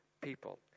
people